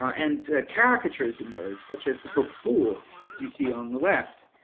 and caricatures emerge such as the book fool as you see on the left,